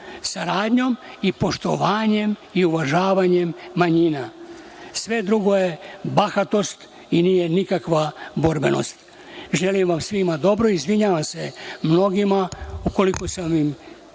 Saradnjom, poštovanjem i uvažavanjem manjina. Sve drugo je bahatost i nije nikakva borbenost. Želim vam svima dobro. Izvinjavam se mnogima, ukoliko sam im